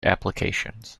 applications